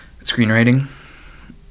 Screenwriting